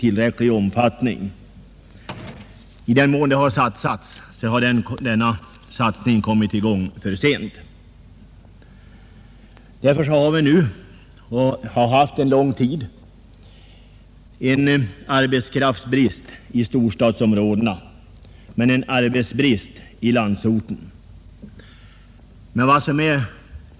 I den mån det satsats, har denna satsning kommit i gång för sent. Därför har vi nu — och har haft under lång tid — en arbetskraftsbrist i storstadsområdena men en arbetsbrist i landsorten.